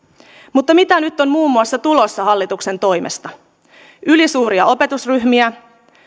mutta mitä nyt on muun muassa tulossa hallituksen toimesta tulee ylisuuria opetusryhmiä